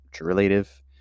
relative